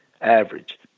average